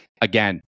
again